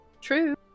True